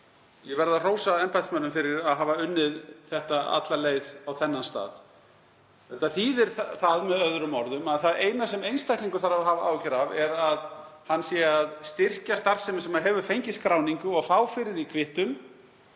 Ég verð að hrósa embættismönnum fyrir að hafa unnið þetta alla leið á þennan stað. Þetta þýðir með öðrum orðum að það eina sem einstaklingur þarf að hafa áhyggjur af er að hann sé að styrkja starfsemi sem hefur fengið skráningu og fá fyrir því kvittun,